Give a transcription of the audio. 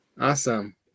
awesome